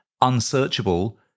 unsearchable